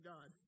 God